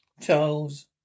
Charles